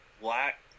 black